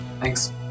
Thanks